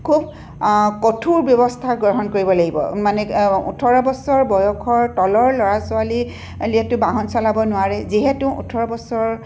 খুব কঠোৰ ব্যৱস্থা গ্ৰহণ কৰিব লাগিব মানে ওঠৰ বছৰ বয়সৰ তলৰ ল'ৰা ছোৱালীয়েতো বাহন চলাব নোৱাৰে যিহেতু ওঠৰ বছৰ